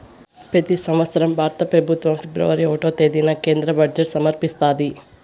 పెతి సంవత్సరం భారత పెబుత్వం ఫిబ్రవరి ఒకటో తేదీన కేంద్ర బడ్జెట్ సమర్పిస్తాది